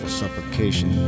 supplication